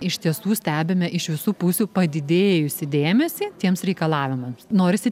iš tiesų stebime iš visų pusių padidėjusį dėmesį tiems reikalavimams norisi